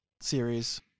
series